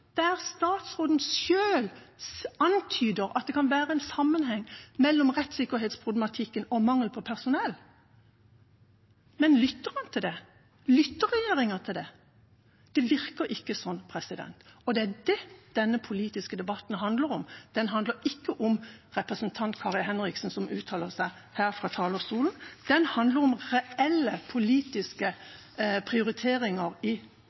der statsråden selv antyder at det kan være en sammenheng mellom rettssikkerhetsproblematikken og mangel på personell. Men lytter han til det? Lytter regjeringa til det? Det virker ikke slik, og det er det denne politiske debatten handler om. Den handler ikke om representant Kari Henriksen som uttaler seg her fra talerstolen. Den handler om reelle politiske prioriteringer